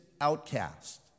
outcast